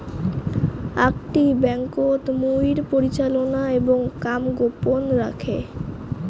আকটি ব্যাংকোত মুইর পরিচালনা এবং কাম গোপন রাখে